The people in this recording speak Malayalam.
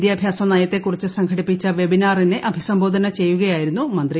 വിദ്യാഭ്യാസ നയത്തെക്കുറിച്ച് സംഘടിപ്പിച്ച വെബിനാറിനെ അഭിസംബോധന ചെയ്യുകയായിരുന്നു മന്ത്രി